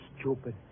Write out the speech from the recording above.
stupid